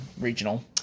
regional